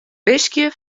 wiskje